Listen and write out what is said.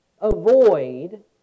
avoid